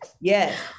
Yes